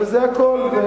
וזה הכול.